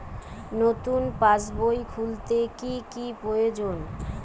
নতুন পাশবই খুলতে কি কি প্রয়োজন?